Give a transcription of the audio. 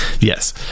Yes